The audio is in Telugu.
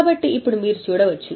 కాబట్టి ఇప్పుడు మీరు చూడవచ్చు